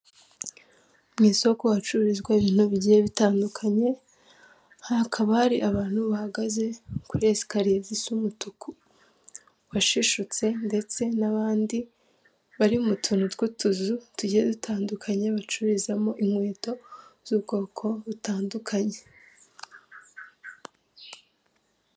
Mu isoko hacururizwa ibintu bigiye bitandukanye, hakaba hari abantu bahagaze kuri esikariye zisa umutuku washishutse ndetse n'abandi bari mu tuntu tw'utuzu tugiye dutandukanye bacururizamo inkweto z'ubwoko butandukanye.